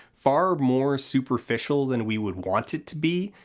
far more superficial than we would want it to be,